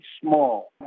small